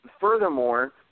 furthermore